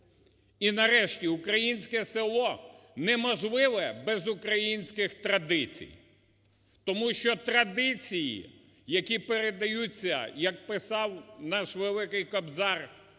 І нарешті, українське село неможливе без українських традицій. Тому що традиції, які передаються, як писав наш великий Кобзар,